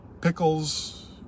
pickles